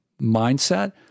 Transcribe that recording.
mindset